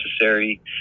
necessary